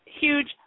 huge